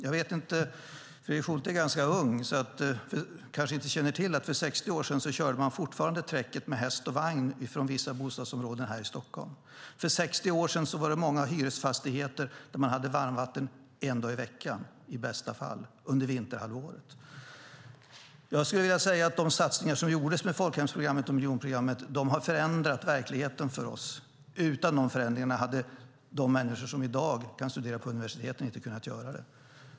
Fredrik Schulte är ganska ung, så han kanske inte känner till att man för 60 år sedan fortfarande körde träcket med häst och vagn från vissa bostadsområden här i Stockholm. För 60 år sedan var det många hyresfastigheter där man hade varmvatten en dag i veckan, i bästa fall, under vinterhalvåret. Jag skulle vilja säga att de satsningar som gjordes med folkhemsprogrammet och miljonprogrammet förändrade verkligheten för oss. Utan de förändringarna hade de människor som i dag kan studera på universiteten inte kunnat göra det.